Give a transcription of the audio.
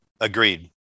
Agreed